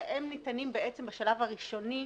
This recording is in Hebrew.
שהם ניתנים בשלב הראשוני.